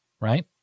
right